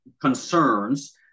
concerns